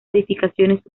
edificaciones